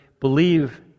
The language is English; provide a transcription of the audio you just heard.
believe